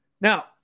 Now